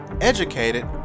educated